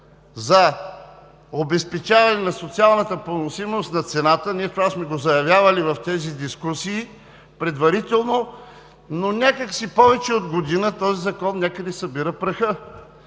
за обезпечаване на социалната поносимост на цената, това сме го заявявали в тези дискусии предварително, но някак си повече от година този закон някъде събира праха.